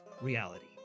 reality